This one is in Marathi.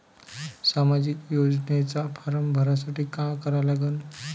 सामाजिक योजनेचा फारम भरासाठी का करा लागन?